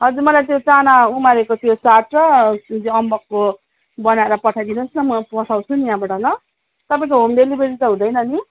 हजुर मलाई त्यो चाना उमारेको त्यो चाट र त्यो अम्बकको बनाएर पठाइदिनुहोस् न म पठाउँछु नि यहाँबाट ल तपाईँको होम डेलिभरी त हुँदैन नि